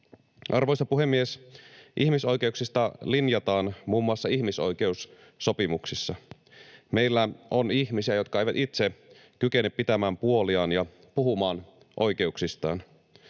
Arvoisa puhemies! Ihmisoikeuksista linjataan muun muassa ihmisoikeussopimuksissa. Meillä on ihmisiä, jotka eivät itse kykene pitämään puoliaan ja puhumaan oikeuksistaan.